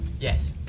Yes